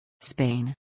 Spain